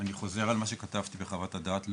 אני חוזר על מה שכתבתי בחוות הדעת שלי